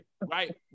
right